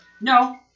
No